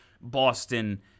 Boston